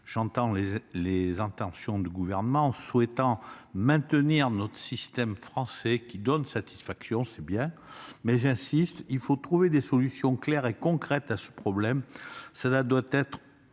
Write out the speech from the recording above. j'entends les intentions du Gouvernement, qui souhaite maintenir notre système français, lequel donne satisfaction. C'est bien, mais j'insiste : il faut trouver des solutions claires et concrètes à ce problème. Cela doit être